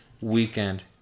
weekend